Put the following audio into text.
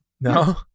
No